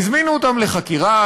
הזמינו אותם לחקירה,